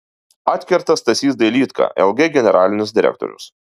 atkerta stasys dailydka lg generalinis direktorius